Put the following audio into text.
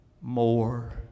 more